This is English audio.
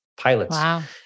pilots